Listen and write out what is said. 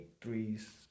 threes